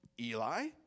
Eli